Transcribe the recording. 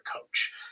coach